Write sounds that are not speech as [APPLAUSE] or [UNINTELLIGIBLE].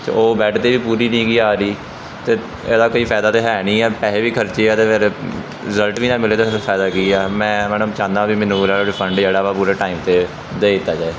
ਅਤੇ ਉਹ ਬੈਡ 'ਤੇ ਵੀ ਪੂਰੀ ਨਿਗੀ ਆ ਰਹੀ ਅਤੇ ਇਹਦਾ ਕੋਈ ਫ਼ਾਇਦਾ ਤਾਂ ਹੈ ਨਹੀਂ ਹੈ ਪੈਸੇ ਵੀ ਖਰਚੇ ਆ ਅਤੇ ਫਿਰ ਰਿਜ਼ਲਟ ਵੀ ਨਾ ਮਿਲੇ ਤਾਂ ਫਿਰ ਫ਼ਾਇਦਾ ਕੀ ਆ ਮੈਂ ਮੈਡਮ ਚਾਹੁੰਦਾ ਵੀ ਮੈਨੂੰ [UNINTELLIGIBLE] ਰਿਫੰਡ ਜਿਹੜਾ ਵਾ ਪੂਰੇ ਟਾਈਮ 'ਤੇ ਦੇ ਦਿੱਤਾ ਜਾਵੇ